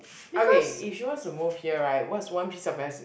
okay if she wants to move here right what's one piece of as